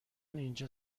اینجا